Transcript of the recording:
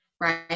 Right